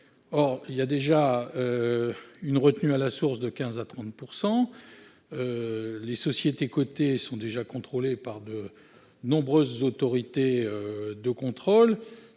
Or il existe déjà une retenue à la source de 15 % à 30 %, et les sociétés cotées sont déjà contrôlées par de nombreuses autorités. Par